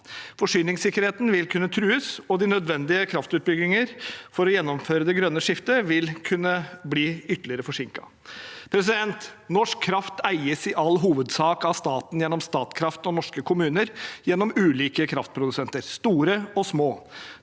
Forsyningssikkerheten vil kunne trues, og de nødvendige kraftutbygginger for å gjennomføre det grønne skiftet vil kunne bli ytterligere forsinket. Norsk kraft eies i all hovedsak av staten gjennom Statkraft og av norske kommuner gjennom ulike kraftprodusenter – store og små.